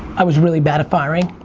i was really bad a firing.